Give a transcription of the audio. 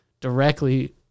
directly